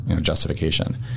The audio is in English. justification